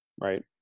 Right